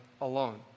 alone